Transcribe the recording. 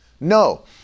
no